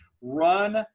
run